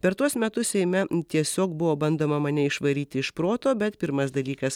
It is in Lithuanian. per tuos metus seime tiesiog buvo bandoma mane išvaryti iš proto bet pirmas dalykas